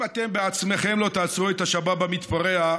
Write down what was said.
אם אתם בעצמכם לא תעצרו את השבאב המתפרע,